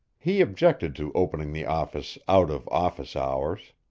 he objected to opening the office out of office hours.